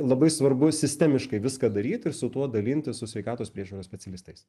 labai svarbu sistemiškai viską daryt ir su tuo dalintis su sveikatos priežiūros specialistais